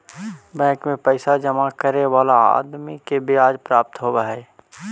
bank में पैसा जमा करे वाला आदमी के ब्याज प्राप्त होवऽ हई